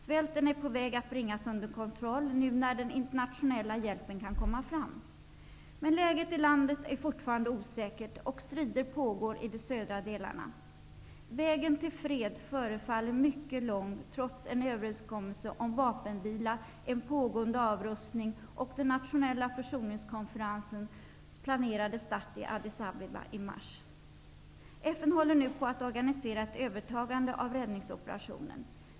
Svälten är på väg att bringas under kontroll nu när den internationella hjälpen kan komma fram. Men läget i landet är fortfarande osäkert, och strider pågår i de södra delarna. Vägen till fred förefaller mycket lång, trots en överenskommelse om vapenvila, en pågående avrustning och den nationella försoningskonferensens start i Addis Abeba i mars. FN håller nu på och organiserar ett övertagande av räddningsoperationen.